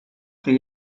geen